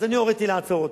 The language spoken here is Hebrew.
אז אני הוריתי לעצור אותם,